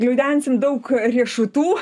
gliaudensim daug riešutų